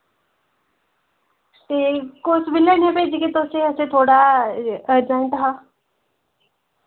ते कुस बेल्लै नै भेजगे तुस असें थोह्ड़ा अर्जेंट हा